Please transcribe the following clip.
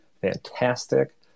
fantastic